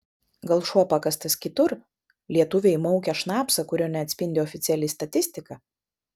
gal šuo pakastas kitur lietuviai maukia šnapsą kurio neatspindi oficiali statistika